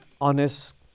honest